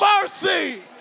mercy